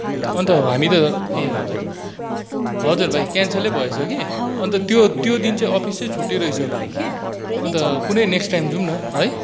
अन्त हामी त ए हजुर हजुर भाइ क्यान्सलै भएछ त्यो त्यो दिन चाहिँ अफिसै छुट्टि रहेछ भाइ कि अनि त कुनै नेक्स्ट टाइम जाउँ न है